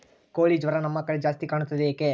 ಕೋಳಿ ಜ್ವರ ನಮ್ಮ ಕಡೆ ಜಾಸ್ತಿ ಕಾಣುತ್ತದೆ ಏಕೆ?